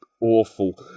awful